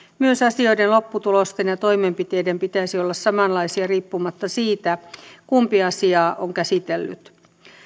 myös asioiden lopputulosten ja toimenpiteiden pitäisi olla samanlaisia riippumatta siitä kumpi asiaa on käsitellyt